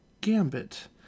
Gambit